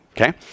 okay